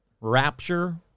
rapture